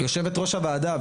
יושבת-ראש הוועדה,